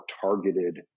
targeted